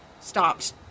stopped